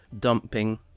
dumping